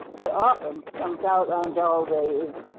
but often comes out on dull days.